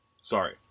Sorry